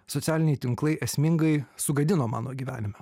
socialiniai tinklai esmingai sugadino mano gyvenime